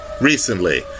recently